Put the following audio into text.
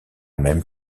même